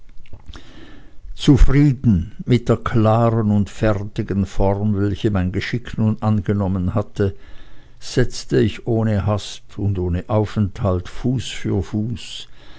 zufrieden mit der klaren und fertigen form welche mein geschick nun angenommen hatte setzte ich ohne hast und ohne aufenthalt fuß für fuß